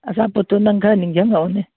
ꯑꯆꯥꯄꯣꯠꯇꯨ ꯅꯪ ꯈꯔ ꯅꯤꯡꯁꯤꯡꯉꯛꯎꯅꯦ